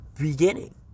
beginning